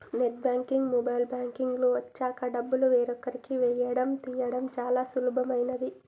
net banking, mobile banking లు వచ్చాక డబ్బులు వేరొకరికి వేయడం తీయడం చాలా సులభమైనది